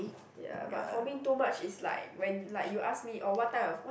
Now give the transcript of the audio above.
ya but for me too much is like when like you ask me oh what time of what